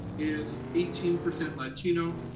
is eighteen percent latino,